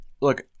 look